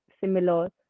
similar